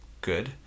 good